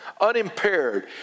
Unimpaired